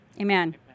Amen